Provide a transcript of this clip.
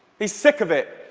he's sick of it.